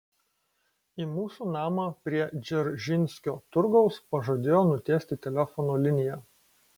į mūsų namą prie dzeržinskio turgaus pažadėjo nutiesti telefono liniją